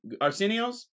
Arsenios